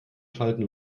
schalten